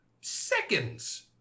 seconds